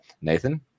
Nathan